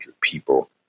people